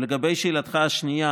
לגבי שאלתך השנייה,